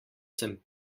sem